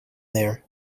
there